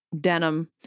denim